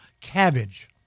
Cabbage